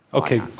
okay.